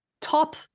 top